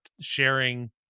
sharing